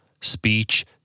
speech